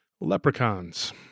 leprechauns